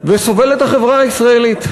וסובלת החברה הישראלית.